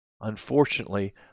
Unfortunately